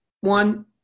one